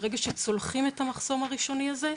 ברגע שאנחנו צולחים את המחסום הראשוני הזה,